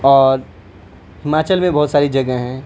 اور ہماچل میں بہت ساری جگہیں ہیں